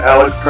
Alex